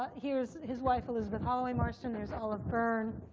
here's his wife, elizabeth holloway marston. there's olive byrne,